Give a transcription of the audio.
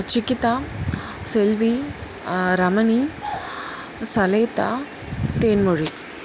Sugitha Selvi Ramani Saletha Thenmozhi